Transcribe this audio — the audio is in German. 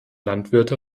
landwirte